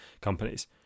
companies